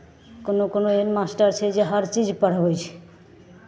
कोनो कोनो एहन मास्टर छै जे हरचीज पढ़बै छै